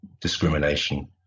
discrimination